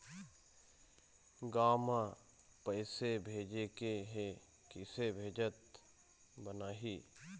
गांव म पैसे भेजेके हे, किसे भेजत बनाहि?